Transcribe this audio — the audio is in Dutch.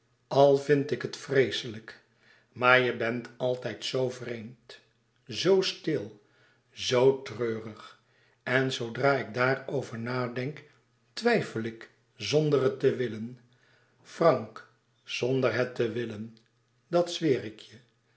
al vind ik het vreeslijk maar je bent altijd zoo vreemd zoo stil zoo treurig en zoodra ik daarover nadenk twijfel ik zonder het te willen frank znder het te willen dat zweer ik je